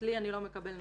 אצלי אני לא מקבל נשים.